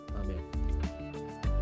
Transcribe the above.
Amen